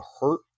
hurt